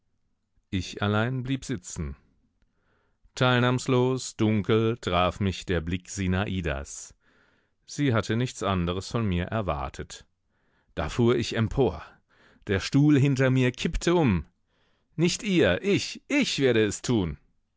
ich allein blieb sitzen teilnahmslos dunkel traf mich der blick sinadas sie hatte nichts anderes von mir erwartet da fuhr ich empor der stuhl hinter mir kippte um nicht ihr ich ich werde es tun